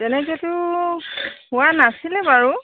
তেনেকৈতো হোৱা নাছিলে বাৰু